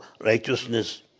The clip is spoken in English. righteousness